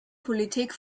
politik